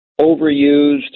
overused